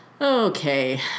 Okay